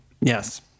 Yes